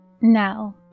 Now